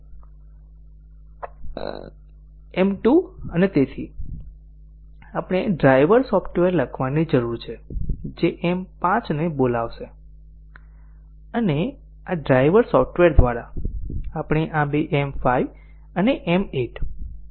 M 2 અને આપણે driver software લખવાની જરૂર છે જે M 5 ને બોલાવશે અને આ ડ્રાઇવર સોફ્ટવેર દ્વારા આપણે આ બે M 5 અને M 8